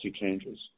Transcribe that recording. changes